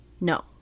No